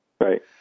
right